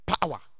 power